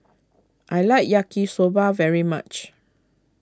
I like Yaki Soba very much